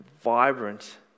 vibrant